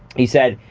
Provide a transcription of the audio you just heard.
he said,